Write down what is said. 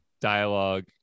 dialogue